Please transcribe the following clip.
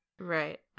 Right